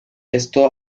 esto